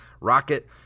Rocket